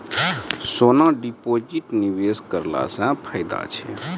सोना deposit निवेश करला से फैदा छै?